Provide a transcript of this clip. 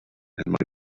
and